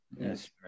Yes